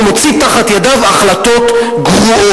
והוא מוציא מתחת ידיו החלטות גרועות.